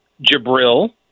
Jabril